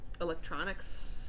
electronics